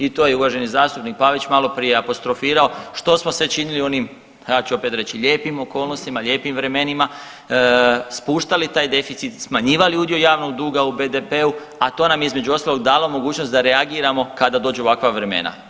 I to je uvaženi zastupnik Pavić malo prije apostrofirao što smo sve činili u onim ja ću opet reći lijepim okolnostima, lijepim vremenima, spuštali taj deficit, smanjivali udio javnog duga u BDP-u, a to nam je između ostalog dalo mogućnost da reagiramo kada dođu ovakva vremena.